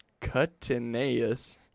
cutaneous